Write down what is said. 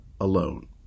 alone